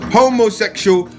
homosexual